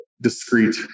discrete